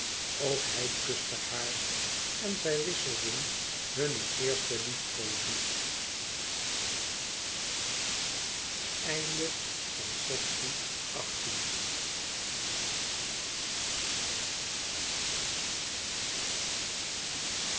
ook hij kuste haar en zij wisselden hunne eerste liefkoozing